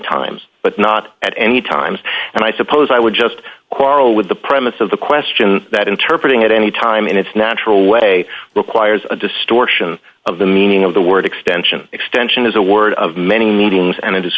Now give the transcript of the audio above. times but not at any time and i suppose i would just quarrel with the premise of the question that interpret it any time in its natural way requires a distortion of the meaning of the word extension extension as a word of many meetings and